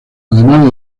además